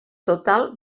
total